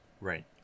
Right